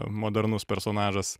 modernus personažas